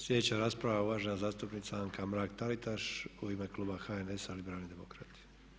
Sljedeća rasprava je uvažena zastupnica Anka Mrak- Taritaš u ime Kluba HNS-a liberalni demokrat.